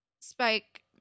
Spike